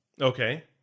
Okay